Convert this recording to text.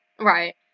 Right